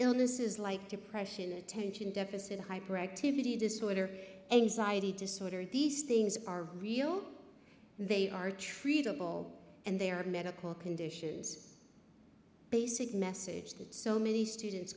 illnesses like depression attention deficit hyperactivity disorder anxiety disorder these things are real they are treatable and they are medical conditions basic message that so many students